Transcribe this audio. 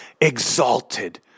exalted